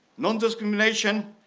non discrimination,